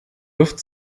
luft